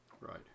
Right